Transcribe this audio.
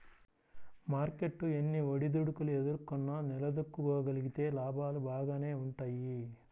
market ఎన్ని ఒడిదుడుకులు ఎదుర్కొన్నా నిలదొక్కుకోగలిగితే లాభాలు బాగానే వుంటయ్యి